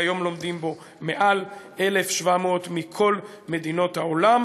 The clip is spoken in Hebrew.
וכיום לומדים בו מעל 1,700 מכל מדינות העולם.